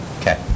Okay